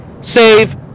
save